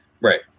Right